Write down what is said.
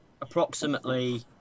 approximately